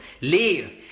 leave